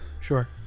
Sure